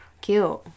Cute